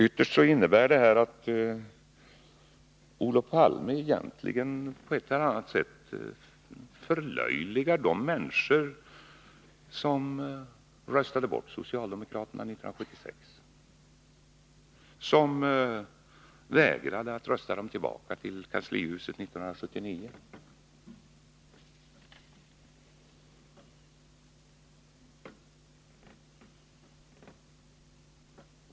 Ytterst innebär det här att Olof Palme egentligen på ett eller annat sätt förlöjligar de människor som röstade bort socialdemokraterna 1976 och som vägrade att rösta dem tillbaka till kanslihuset 1979.